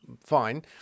fine